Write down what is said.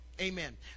amen